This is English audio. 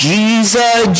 Jesus